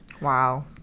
Wow